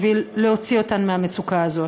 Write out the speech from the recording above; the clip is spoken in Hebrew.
בשביל להוציא אותן מהמצוקה הזאת.